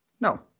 No